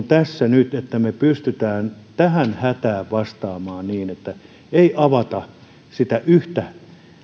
tässä nyt niin että me pystymme tähän hätään vastaamaan niin ettei avata sitä yhtä